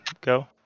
go